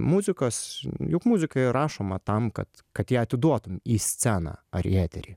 muzikos juk muzika ir rašoma tam kad kad ją atiduotum į sceną ar į eterį